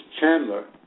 Chandler